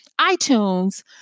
iTunes